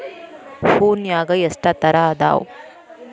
ಹೂನ್ಯಾಗ ಎಷ್ಟ ತರಾ ಅದಾವ್?